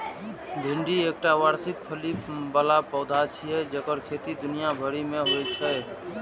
भिंडी एकटा वार्षिक फली बला पौधा छियै जेकर खेती दुनिया भरि मे होइ छै